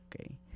okay